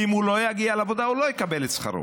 כי אם הוא לא יגיע לעבודה הוא לא יקבל את שכרו.